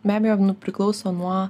be abejo priklauso nuo